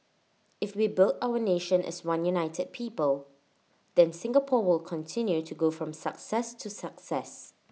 if we build our nation as one united people then Singapore will continue to go from success to success